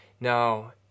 Now